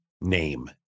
name